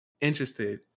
interested